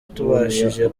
tubashije